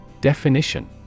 Definition